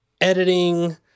editing